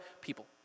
People